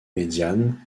médiane